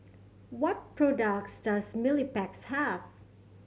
what products does Mepilex have